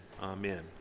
amen